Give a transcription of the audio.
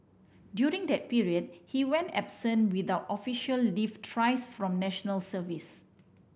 during that period he went absent without official leave thrice from National Service